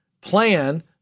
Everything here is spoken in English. plan